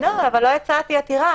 לא, אבל לא הצעתי עתירה.